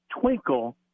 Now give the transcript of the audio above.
twinkle